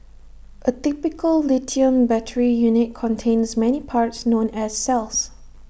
A typical lithium battery unit contains many parts known as cells